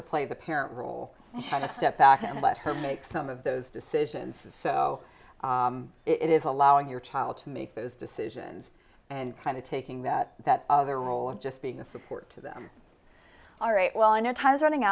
to play the parent role had to step back and let her make some of those decisions so it is allowing your child to make those decisions and kind of taking that that other role of just being a support to them all right well i know time's running